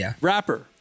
rapper